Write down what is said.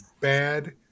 bad